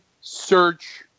search